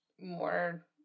more